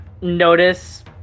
notice